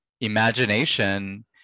imagination